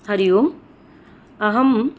हरि ओम् अहम्